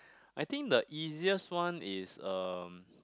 I think the easiest one is um